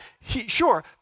sure